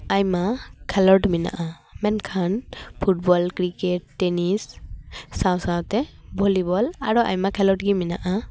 ᱟᱭᱢᱟ ᱠᱷᱮᱞᱳᱰ ᱢᱮᱱᱟᱜᱼᱟ ᱢᱮᱱᱠᱷᱟᱱ ᱯᱷᱩᱴᱵᱚᱞ ᱠᱨᱤᱠᱮᱴ ᱴᱮᱱᱤᱥ ᱥᱟᱶ ᱥᱟᱶᱛᱮ ᱵᱷᱚᱞᱤᱵᱚᱞ ᱟᱨᱚ ᱟᱭᱢᱟ ᱠᱷᱮᱞᱳᱰ ᱜᱮ ᱢᱮᱱᱟᱜᱼᱟ